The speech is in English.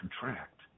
contract